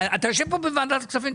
אתה יושב פה בוועדת הכספים,